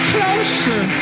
Closer